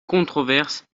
controverse